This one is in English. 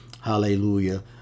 hallelujah